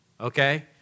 Okay